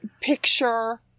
picture